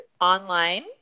online